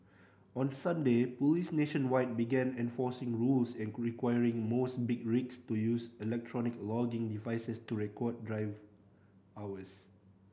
on Sunday police nationwide began enforcing rules requiring most big rigs to use electronic logging devices to record drive hours